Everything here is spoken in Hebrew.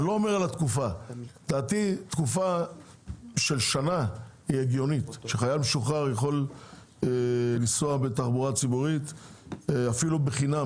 לדעתי תקופה של שנה שחייל משוחרר יכול לנסוע בתחבורה הציבורית בחינם,